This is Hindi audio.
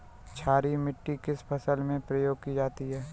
क्षारीय मिट्टी किस फसल में प्रयोग की जाती है?